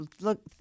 look